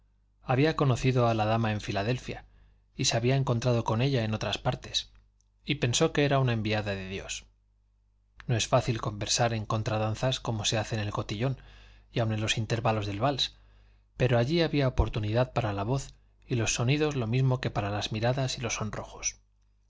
había conocido a la dama en filadelfia y se había encontrado con ella en otras partes y pensó que era una enviada de dios no es fácil conversar en contradanzas como se hace en el cotillón y aun en los intervalos del vals pero allí había oportunidad para la voz y los sonidos lo mismo que para las miradas y los sonrojos